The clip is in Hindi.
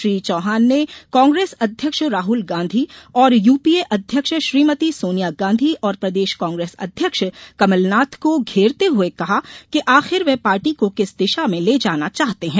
श्री चौहान ने कांग्रेस अध्यक्ष राहुल गांधी और यूपीए अध्यक्ष श्रीमती सोनिया गांधी और प्रदेश कांग्रेस अध्यक्ष कमलनाथ को घेरते हुए कहा कि आखिर वे पार्टी को किस दिशा में ले जाना चाहते है